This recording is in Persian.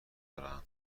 دارن